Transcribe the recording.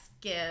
give